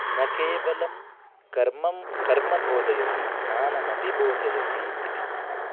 न केवलं कर्म कर्म बोधयति ज्ञानमपि बोधयति इति